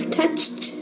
touched